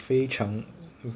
非常